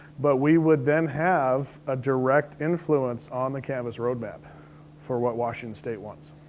but we would then have a direct influence on the canvas roadmap for what washington state wants.